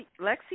Lexi